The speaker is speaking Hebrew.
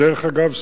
דרך אגב,